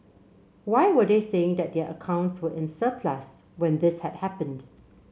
why were they saying that their accounts were in surplus when this had happened